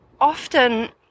often